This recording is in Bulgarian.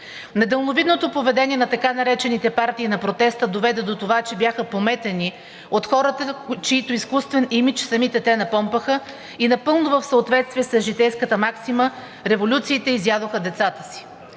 Недалновидното поведение на така наречените „партии на протеста“ доведе до това, че бяха пометени от хората, чийто изкуствен имидж самите те напомпаха, и напълно в съответствие с житейската максима: „Революциите изядоха децата си!“